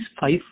five